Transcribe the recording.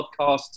podcast